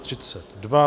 32.